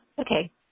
Okay